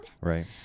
right